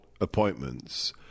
appointments